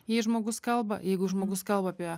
jei žmogus kalba jeigu žmogus kalba apie